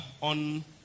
on